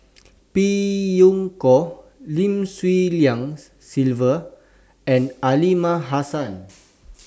Phey Yew Kok Lim Swee Lian Sylvia and Aliman Hassan